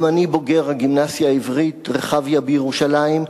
גם אני בוגר הגימנסיה העברית רחביה בירושלים,